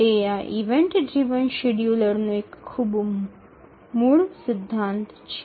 તે આ event driven શેડ્યૂલર્સનો એક ખૂબ જ મૂળ સિદ્ધાંત છે